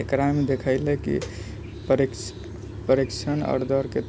एकरामे देखैलै कि परि परिक्षण आओर दौड़